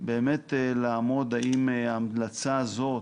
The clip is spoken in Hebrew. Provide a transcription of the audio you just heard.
לעמוד האם ההמלצה הזאת